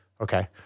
Okay